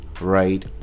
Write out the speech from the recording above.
right